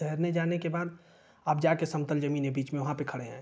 तैरने जाने के बाद आप जाकर समतल ज़मीन है बीच में वहाँ पर खड़े हैं